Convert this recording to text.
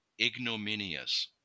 ignominious